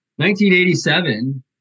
1987